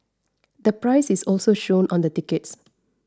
the price is also shown on the tickets